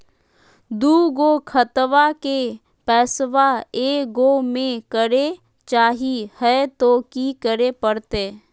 दू गो खतवा के पैसवा ए गो मे करे चाही हय तो कि करे परते?